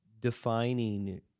defining